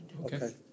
Okay